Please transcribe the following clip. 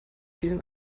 vielen